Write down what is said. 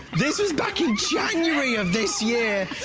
this was back in january of this year.